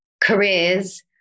careers